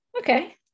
okay